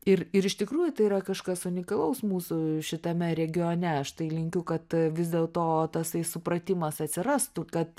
ir ir iš tikrųjų tai yra kažkas unikalaus mūsų šitame regione aš tai linkiu kad vis dėl to tasai supratimas atsirastų kad